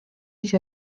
ise